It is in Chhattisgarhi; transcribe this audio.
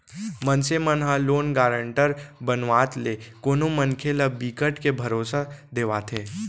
मनसे मन ह लोन गारंटर बनावत ले कोनो मनखे ल बिकट के भरोसा देवाथे